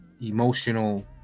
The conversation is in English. emotional